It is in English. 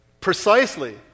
precisely